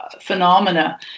phenomena